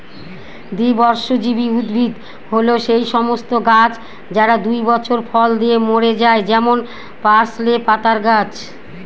দ্বিবর্ষজীবী উদ্ভিদ হল সেই সমস্ত গাছ যারা দুই বছর ফল দিয়ে মরে যায় যেমন পার্সলে পাতার গাছ